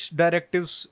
directives